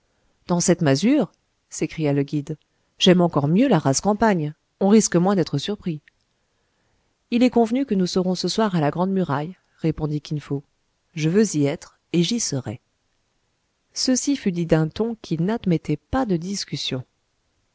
dans cette masure s'écria le guide j'aime encore mieux la rase campagne on risque moins d'être surpris il est convenu que nous serons ce soir à la grande muraille répondit kin fo je veux y être et j'y serai ceci fut dit d'un ton qui n'admettait pas de discussion